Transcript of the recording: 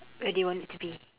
where do you want it to be